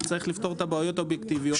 קודם צריך לפתור את הבעיות האובייקטיביות.